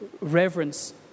reverence